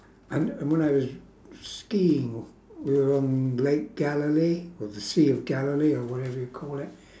and and when I was skiing on lake galilee or the sea of galilee or whatever you call it